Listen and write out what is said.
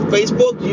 Facebook